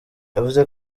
yavuze